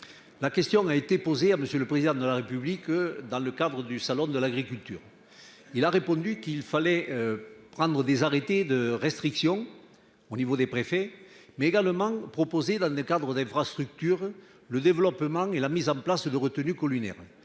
La question a été posée à monsieur le président de la République dans le cadre du Salon de l'agriculture, il a répondu qu'il fallait. Prendre des arrêtés de restriction au niveau des préfets mais également. Dans le cadre d'infrastructures, le développement et la mise en place de retenues collinaires.